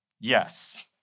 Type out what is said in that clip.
Yes